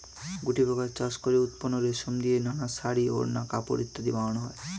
গুটিপোকা চাষ করে উৎপন্ন রেশম দিয়ে নানা শাড়ী, ওড়না, কাপড় ইত্যাদি বানানো হয়